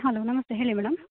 hello ನಮಸ್ತೇ ಹೇಳಿ madam